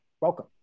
welcome